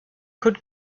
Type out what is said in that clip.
could